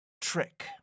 trick